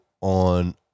on